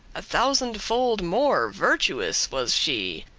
a thousand-fold more virtuous was she.